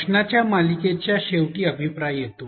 प्रश्नांच्या मालिकेच्या शेवटी अभिप्राय येतो